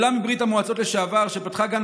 עולה מברית המועצות לשעבר שפתחה גן